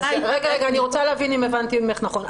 אני רוצה להבין אם הבנתי ממך נכון,